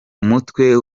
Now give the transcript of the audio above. umutwe